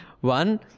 One